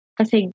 kasi